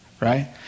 right